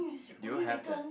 do you have that